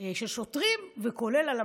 של שוטרים וכולל על המכת"זית.